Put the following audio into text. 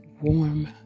Warm